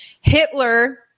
Hitler